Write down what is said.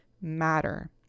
matter